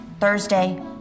thursday